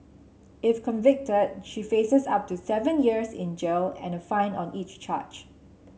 if convicted she faces up to seven years in jail and fine on each charge